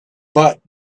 but